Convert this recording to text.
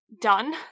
done